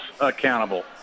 accountable